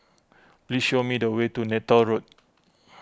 please show me the way to Neythal Road